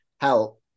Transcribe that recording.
help